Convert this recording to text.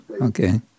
okay